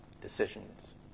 decisions